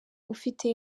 ufite